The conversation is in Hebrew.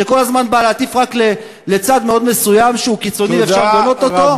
שכל הזמן בא להטיף רק לצד מאוד מסוים שהוא קיצוני ואפשר לגנות אותו,